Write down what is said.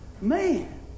Man